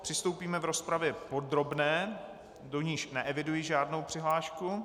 Přistoupíme k rozpravě podrobné, do níž neeviduji žádnou přihlášku.